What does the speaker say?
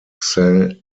saint